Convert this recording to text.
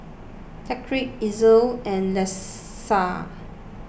Tyreek Elzie and Lissa